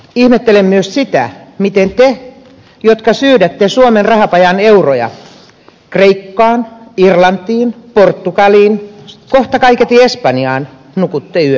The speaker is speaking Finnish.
ihmettelen myös sitä miten te jotka syydätte suomen rahapajan euroja kreikkaan irlantiin portugaliin kohta kaiketi espanjaan nukutte yönne